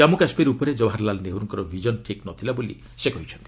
କାମ୍ମ କାଶ୍ୱୀର ଉପରେ କବାହାରଲାଲ ନେହେର୍ଙ୍କ ଭିଜନ ଠିକ୍ ନ ଥିଲା ବୋଲି ସେ କହିଛନ୍ତି